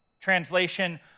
translation